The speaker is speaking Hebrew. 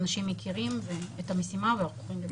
האנשים מכירים את המשימה וערוכים.